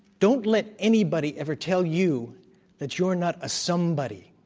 don't let anybody ever tell you that you're not a somebody.